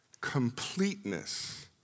completeness